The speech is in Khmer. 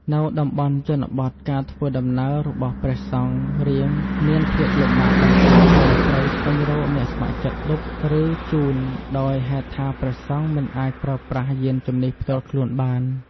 នៅតំបន់ជនបទការធ្វើដំណើររបស់ព្រះសង្ឃរៀងមានភាពលំបាកបន្តិច ព្រោះត្រូវស្វែងរកអ្នកស្ម័គ្រចិត្តឌុប ឬ ជូន ដោយហេតុថាព្រះសង្ឃមិនអាចប្រើប្រាស់យានជំនិះផ្ទាល់ខ្លួនបាន។